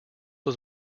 was